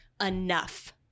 enough